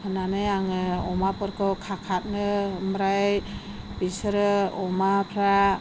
होननानै आङो अमाफोरखौ खाखानो ओमफ्राय बिसोरो अमाफ्रा